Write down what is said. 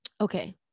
okay